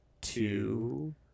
Two